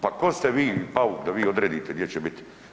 Pa tko ste vi i Pauk, da vi odredite gdje će biti.